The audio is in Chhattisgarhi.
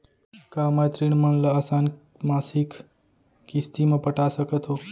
का मैं ऋण मन ल आसान मासिक किस्ती म पटा सकत हो?